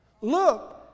Look